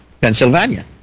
Pennsylvania